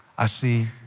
i see